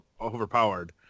overpowered